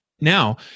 Now